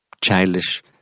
childish